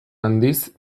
handiz